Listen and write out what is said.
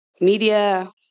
media